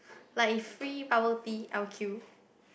like if free bubble tea I'll queue